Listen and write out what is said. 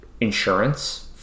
insurance